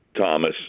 Thomas